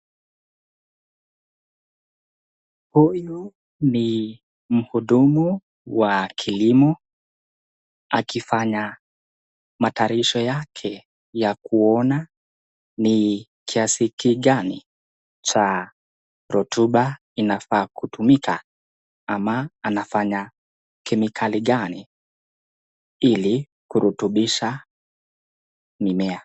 Huyu ni mhudumu wa kilimo akifanya matayarisho yake ya kuona ni kiasi kigani cha rutuba inafaa kutumika, ama anafanya kemikali gani ili kurutubisha mimea.